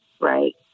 Right